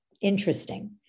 interesting